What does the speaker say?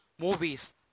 movies